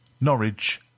Norwich